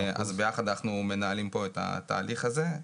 אז ביחד אנחנו מנהלים את התהליך הזה.